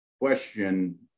question